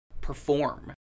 perform